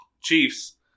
Chiefs